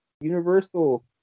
Universal